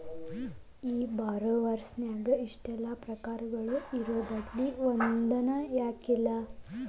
ಈ ಬಾರೊವರ್ಸ್ ನ್ಯಾಗ ಇಷ್ಟೆಲಾ ಪ್ರಕಾರಗಳು ಇರೊಬದ್ಲಿ ಒಂದನ ಯಾಕಿಲ್ಲಾ?